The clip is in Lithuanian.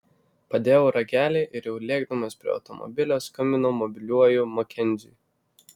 padėjau ragelį ir jau lėkdamas prie automobilio skambinau mobiliuoju makenziui